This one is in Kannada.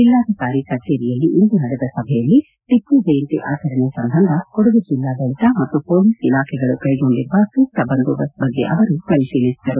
ಜಿಲ್ಲಾಧಿಕಾರಿ ಕಚೇರಿಯಲ್ಲಿ ಇಂದು ನಡೆದ ಸಭೆಯಲ್ಲಿ ಟಪ್ಪು ಜಯಂತಿ ಆಚರಣೆ ಸಂಬಂಧ ಕೊಡಗು ಜಿಲ್ಲಾಡಳಿತ ಮತ್ತು ಪೊಲೀಸ್ ಇಲಾಖೆಗಳು ಕೈಗೊಂಡಿರುವ ಸೂಕ್ತ ಬಂದೋಬಸ್ತ್ ಬಗ್ಗೆ ಅವರು ಪರಿಶೀಲಿಸದರು